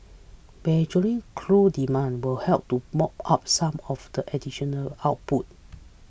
burgeoning crude demand will help to mop up some of the additional output